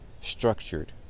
structured